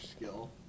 skill